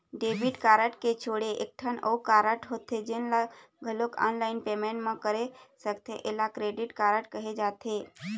debit card के छोड़े एकठन अउ कारड होथे जेन ल घलोक ऑनलाईन पेमेंट म कर सकथे एला क्रेडिट कारड कहे जाथे